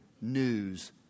news